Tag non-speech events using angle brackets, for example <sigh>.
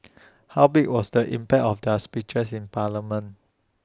<noise> how big was the impact of their speeches in parliament